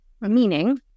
Meaning